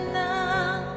now